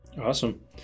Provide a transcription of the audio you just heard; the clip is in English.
Awesome